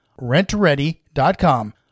rentready.com